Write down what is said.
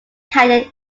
canyon